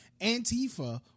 Antifa